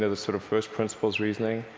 the sort of first principles reasoning.